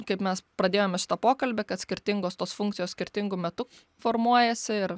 kaip mes pradėjome šitą pokalbį kad skirtingos tos funkcijos skirtingu metu formuojasi ir